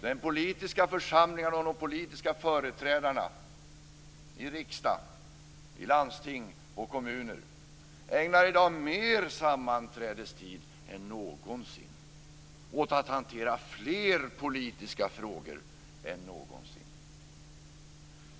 De politiska församlingarna och de politiska företrädarna i riksdagen, i landsting och i kommuner ägnar mer sammanträdestid än någonsin åt att hantera fler politiska frågor än någonsin.